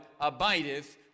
abideth